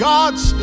God's